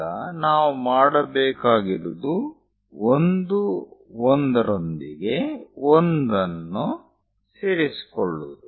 ಈಗ ನಾವು ಮಾಡಬೇಕಾಗಿರುವುದು 1 1 ರೊಂದಿಗೆ 1 ಅನ್ನು ಸೇರಿಸಿಕೊಳ್ಳುವುದು